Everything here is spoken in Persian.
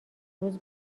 روز